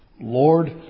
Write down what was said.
Lord